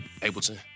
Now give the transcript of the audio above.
Ableton